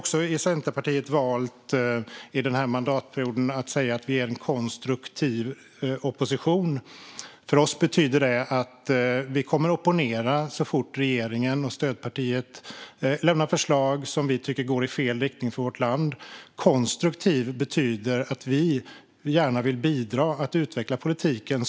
Vi i Centerpartiet har under den här mandatperioden valt att säga att vi är en konstruktiv opposition. För oss betyder det att vi kommer att opponera oss så fort regeringen och stödpartiet lämnar förslag som vi tycker går i fel riktning för vårt land. "Konstruktiv" betyder att vi gärna vill bidra till att utveckla politiken.